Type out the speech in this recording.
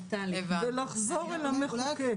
ולחזור אל המחוקק.